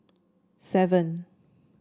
seven